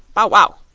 bow-wow!